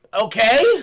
Okay